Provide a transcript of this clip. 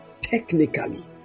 Technically